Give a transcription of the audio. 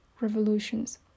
revolutions